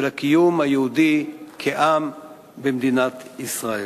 הקיום היהודי כעם במדינת ישראל.